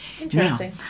Interesting